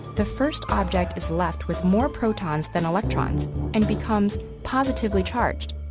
the first object is left with more protons than electrons and becomes positively charged,